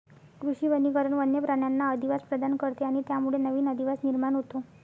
कृषी वनीकरण वन्य प्राण्यांना अधिवास प्रदान करते आणि त्यामुळे नवीन अधिवास निर्माण होतो